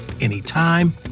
anytime